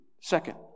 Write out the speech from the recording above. Second